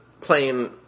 playing